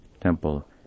temple